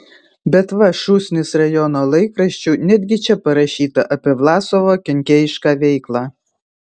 bet va šūsnis rajono laikraščių netgi čia pasakyta apie vlasovo kenkėjišką veiklą